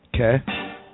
Okay